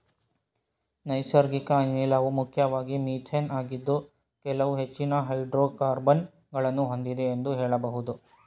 ನೈಸರ್ಗಿಕ ಅನಿಲವು ಮುಖ್ಯವಾಗಿ ಮಿಥೇನ್ ಆಗಿದ್ದು ಕೆಲವು ಹೆಚ್ಚಿನ ಹೈಡ್ರೋಕಾರ್ಬನ್ ಗಳನ್ನು ಹೊಂದಿದೆ ಎಂದು ಹೇಳಬಹುದು